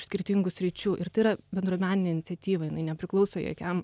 iš skirtingų sričių ir tai yra bendruomeninė iniciatyva jinai nepriklauso jokiam